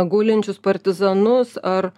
gulinčius partizanus ar